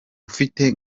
ufite